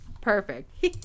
perfect